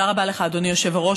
תודה רבה לך, אדוני היושב-ראש.